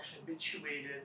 habituated